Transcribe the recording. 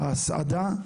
ההסעדה,